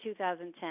2010